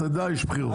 אתה יודע שיש בחירות.